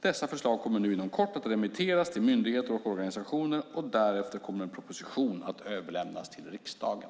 Dessa förslag kommer inom kort att remitteras till myndigheter och organisationer, och därefter kommer en proposition att överlämnas till riksdagen.